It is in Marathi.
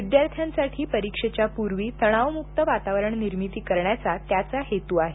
विद्यार्थ्यांसाठी परीक्षेच्या पूर्वी तणावमुक्त वातावरण निर्मिती करण्याचा त्याचा हेतू आहे